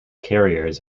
carriers